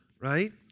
right